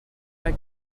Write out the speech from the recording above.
avec